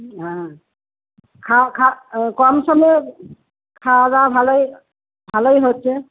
হুম খা খা কম সময় খাওয়াদাওয়া ভালোই ভালোই হচ্ছে